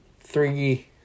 three